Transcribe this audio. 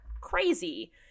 crazy